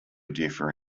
differ